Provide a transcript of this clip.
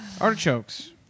Artichokes